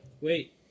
wait